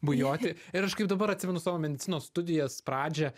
bujoti ir aš kaip dabar atsimenu savo medicinos studijas pradžią